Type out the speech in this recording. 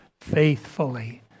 faithfully